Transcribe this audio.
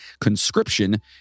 Conscription